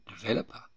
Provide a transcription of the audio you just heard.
developer